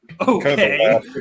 okay